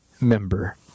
member